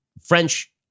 French